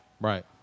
Right